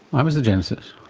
i was the genesis?